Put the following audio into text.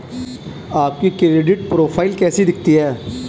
आपकी credit profile कैसी दिखती है?